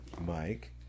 Mike